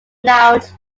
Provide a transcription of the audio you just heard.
lounge